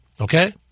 Okay